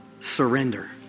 surrender